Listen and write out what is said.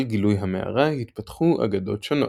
על גילוי המערה התפתחו אגדות שונות.